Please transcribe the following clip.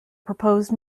proposed